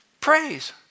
Praise